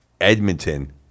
Edmonton